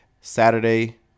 Saturday